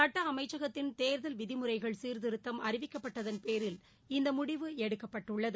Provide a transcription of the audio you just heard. சட்ட அமைச்சகத்தின் தேர்தல் விதிமுறைகள் சீர்திருத்தம் அறிவிக்கப்பட்டதன் பேரில் இந்த முடிவு எடுக்கப்பட்டுள்ளது